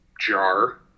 jar